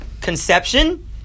conception